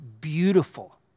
beautiful